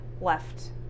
left